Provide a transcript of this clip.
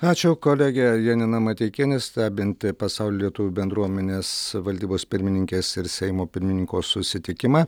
ačiū kolegė janina mateikienė stebinti pasaulio lietuvių bendruomenės valdybos pirmininkės ir seimo pirmininko susitikimą